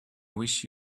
wish